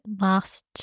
lost